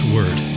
Word